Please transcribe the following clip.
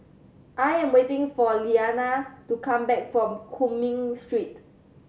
I am waiting for Liliana to come back from Cumming Street